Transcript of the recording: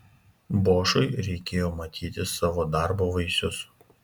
bošui reikėjo matyti savo darbo vaisius